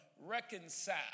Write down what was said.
reconcile